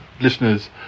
listeners